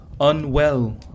unwell